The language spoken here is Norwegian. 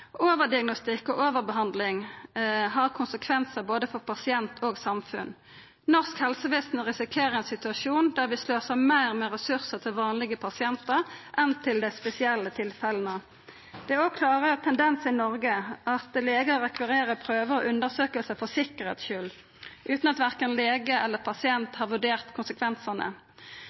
og overbehandling har konsekvensar for både pasient og samfunn. Norsk helsevesen risikerer ein situasjon der vi sløser med ressursar til vanlege pasientar, at det vert brukt meir der enn til dei spesielle tilfella. Det er klare tendensar til i Noreg at legar rekvirerer prøver og undersøkingar for sikkerheits skuld, utan at korkje lege eller pasient har vurdert konsekvensane.